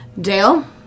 Dale